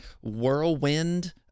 whirlwind